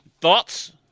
Thoughts